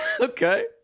Okay